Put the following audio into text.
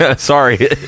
Sorry